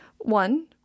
One